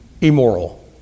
immoral